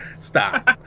Stop